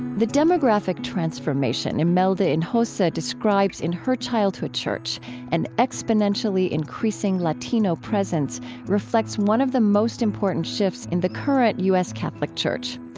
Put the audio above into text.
the demographic transformation imelda hinojosa describes in her childhood church an exponentially increasing latino presence reflects one of the most important shifts in the current u s. catholic church.